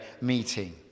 meeting